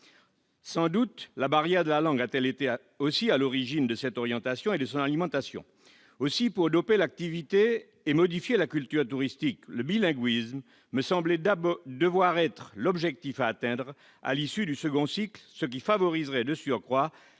alimenter. La barrière de la langue a sans doute aussi été à l'origine de cette orientation et de son alimentation. Aussi, pour doper l'activité et modifier la culture touristique, le bilinguisme me semble devoir être l'objectif à atteindre à l'issue du second cycle, ce qui favoriserait de surcroît